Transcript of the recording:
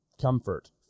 comfort